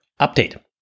update